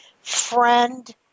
friend